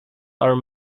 are